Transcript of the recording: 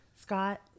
Scott